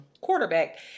quarterback